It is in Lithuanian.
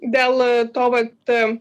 dėl to vat